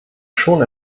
schon